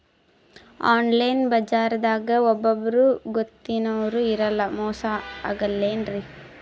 Online ಬಜಾರದಾಗ ಒಬ್ಬರೂ ಗೊತ್ತಿನವ್ರು ಇರಲ್ಲ, ಮೋಸ ಅಗಲ್ಲೆನ್ರಿ?